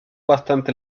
bastante